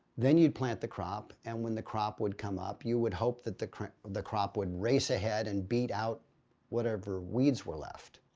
then you'd plant the crop and when the crop would come up you would hope that the crop the crop would race ahead and beat out whatever weeds were left.